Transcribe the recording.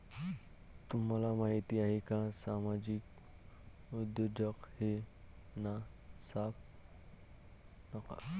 तुम्हाला माहिती आहे का सामाजिक उद्योजक हे ना नफा कमावणारे आहेत